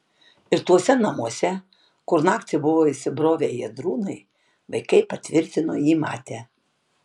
ir tuose namuose kur naktį buvo įsibrovę ėdrūnai vaikai patvirtino jį matę